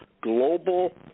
global